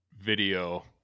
video